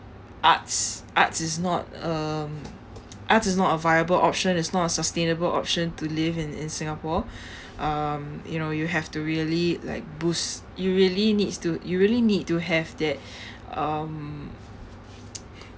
arts arts is not um arts is not a viable option it's not a sustainable option to live in in singapore um you know you have to really like boost you really need to you really need to have that um